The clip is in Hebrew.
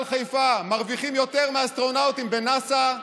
חיפה מרוויחים יותר מאסטרונאוטים בנאס"א,